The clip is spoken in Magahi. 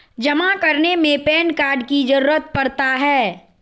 जमा करने में पैन कार्ड की जरूरत पड़ता है?